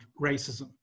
racism